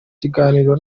ibiganiro